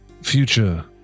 future